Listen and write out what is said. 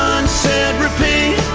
sunset, repeat